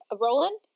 Roland